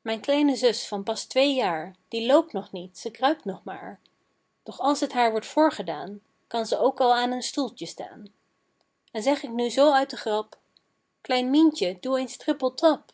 mijn kleine zus van pas twee jaar die loopt nog niet ze kruipt nog maar doch als het haar wordt voorgedaan kan ze ook al aan een stoeltje staan en zeg ik nu zoo uit de grap klein mientje doe eens trippeltrap